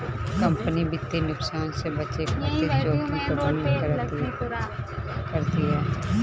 company वित्तीय नुकसान से बचे खातिर जोखिम प्रबंधन करतिया